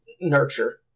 nurture